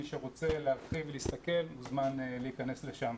מי שרוצה להרחיב, להסתכל, מוזמן להיכנס לשם.